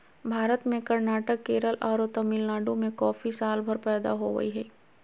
भारत में कर्नाटक, केरल आरो तमिलनाडु में कॉफी सालभर पैदा होवअ हई